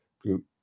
group